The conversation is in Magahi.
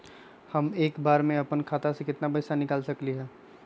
हम एक बार में अपना खाता से केतना पैसा निकाल सकली ह?